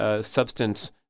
substance